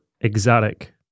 exotic